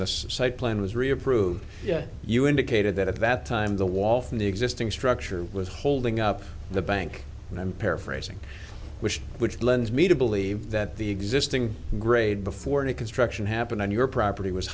the site plan was re approved yet you indicated that at that time the wall from the existing structure was holding up the bank and i'm paraphrasing which lends me to believe that the existing grade before any construction happened on your property was